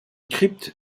crypte